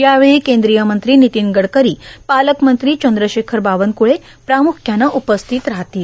यावेळी केंद्रीय मंत्री नितीन गडकरी पालकमंत्री चंद्रशेखर बावनकुळे प्रामुख्यानं उपस्थित राहतील